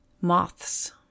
Moths